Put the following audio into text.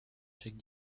chaque